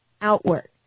outward